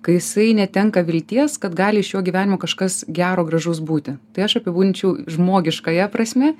kai jisai netenka vilties kad gali iš jo gyvenimo kažkas gero gražaus būti tai aš apibūdinčiau žmogiškąja prasme